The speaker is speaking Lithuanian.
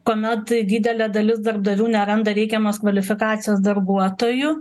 kuomet didelė dalis darbdavių neranda reikiamos kvalifikacijos darbuotojų